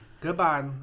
Goodbye